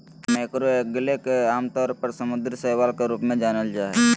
macroalgae के आमतौर पर समुद्री शैवाल के रूप में जानल जा हइ